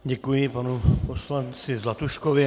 Děkuji panu poslanci Zlatuškovi.